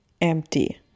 empty